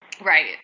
Right